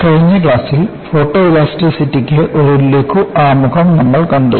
കഴിഞ്ഞ ക്ലാസ്സിൽ ഫോട്ടോഇലാസ്റ്റിസിറ്റിക്ക് ഒരു ലഘു ആമുഖം നമ്മൾ കണ്ടു